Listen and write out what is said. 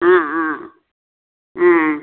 ஆ ஆ ஆ